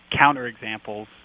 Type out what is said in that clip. counterexamples